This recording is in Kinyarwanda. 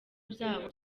byabo